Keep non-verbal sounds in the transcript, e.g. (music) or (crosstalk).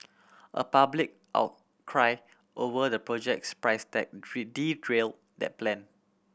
a public out cry over the project's price tag (unintelligible) derailed that plan